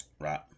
right